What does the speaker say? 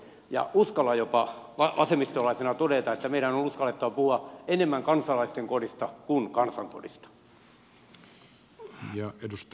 vasemmistolaisena uskallan jopa todeta että meidän on uskallettava puhua enemmän kansalaisten kodista kuin kansankodista